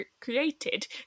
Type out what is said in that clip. created